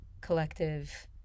collective